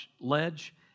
ledge